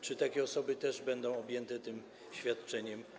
Czy takie osoby też będą objęte tym świadczeniem?